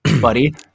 buddy